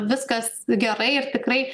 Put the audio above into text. viskas gerai ir tikrai